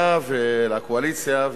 לממשלה ולקואליציה,